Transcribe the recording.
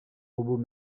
robot